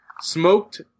Smoked